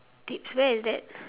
tips where is that